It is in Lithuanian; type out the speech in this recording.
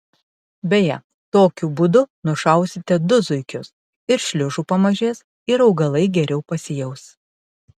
beje tokiu būdu nušausite du zuikius ir šliužų pamažės ir augalai geriau pasijaus